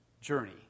journey